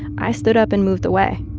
i stood up and moved away,